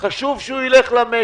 די.